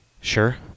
sure